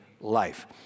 life